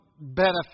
benefit